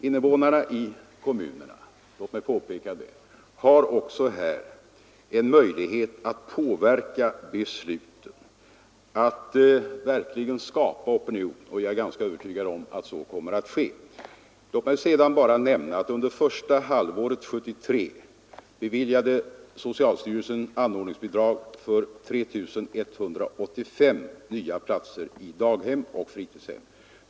Invånarna i kommunerna har här också — låt mig påpeka det — en möjlighet att påverka besluten och att skapa opinion, och jag är ganska övertygad om att så kommer att ske. Låt mig sedan bara nämna att under första halvåret 1973 beviljade socialstyrelsen anordningsbidrag för 3 185 nya platser i daghem och fritidshem.